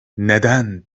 neden